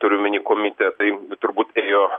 turiu omeny komitetai turbūt ėjo